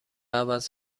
عوض